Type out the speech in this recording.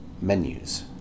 Menus